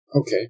Okay